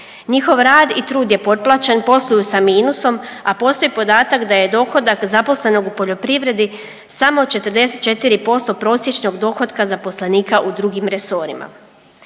Njihov rad i trud je potplaćen, posluju sa minusom, a postoji podatak da dohodak zaposlenog u poljoprivredi samo 44% prosječnog dohotka zaposlenika u drugim resorima.